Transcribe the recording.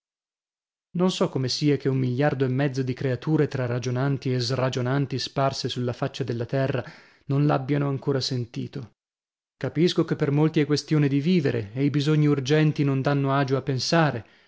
non so come sia che un miliardo e mezzo di creature tra ragionanti e sragionanti sparse sulla faccia della terra non l'abbiano ancora sentito capisco che per molti è questione di vivere e i bisogni urgenti non danno agio a pensare